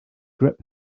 grip